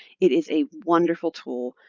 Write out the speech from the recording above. it is a wonderful tool.